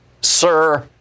sir